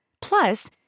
Plus